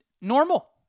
normal